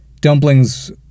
dumplings